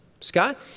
Scott